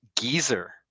geezer